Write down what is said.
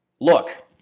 look